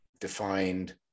defined